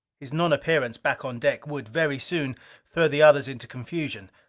his nonappearance back on deck would very soon throw the others into confusion,